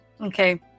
Okay